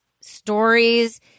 stories